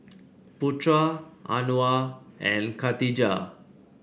Putra Anuar and Khatijah